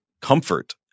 comfort